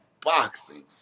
boxing